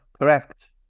correct